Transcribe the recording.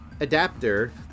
adapter